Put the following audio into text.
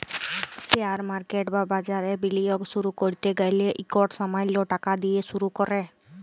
share market বা বাজারে বিলিয়গ শুরু ক্যরতে গ্যালে ইকট সামাল্য টাকা দিঁয়ে শুরু কর